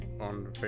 on